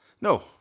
No